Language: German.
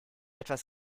etwas